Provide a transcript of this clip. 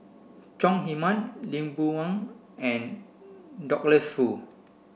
Chong Heman Lee Boon Wang and Douglas Foo